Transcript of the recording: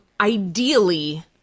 ideally